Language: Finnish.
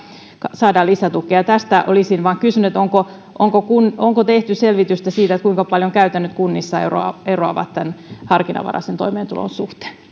saada lisätukea tästä olisin vain kysynyt että onko tehty selvitystä siitä kuinka paljon käytännöt kunnissa eroavat tämän harkinnanvaraisen toimeentulon suhteen